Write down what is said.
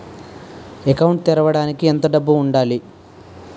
Account తెరవడానికి ఎంత డబ్బు ఉండాలి?